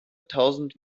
tausend